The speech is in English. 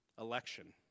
Election